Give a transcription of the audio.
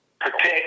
Protect